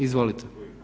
Izvolite.